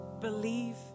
Believe